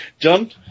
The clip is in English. John